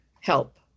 help